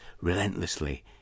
relentlessly